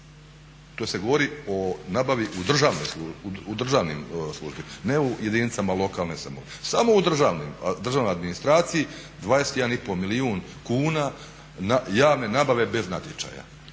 To se govori o nabavi u državnoj službi ne u jedinicama lokalne samouprave, samo u državnoj administraciji 21,5 milijun kuna javne nabave bez natječaja